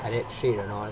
arab street and all